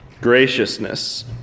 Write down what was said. graciousness